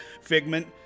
Figment